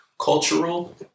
cultural